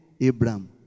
Abraham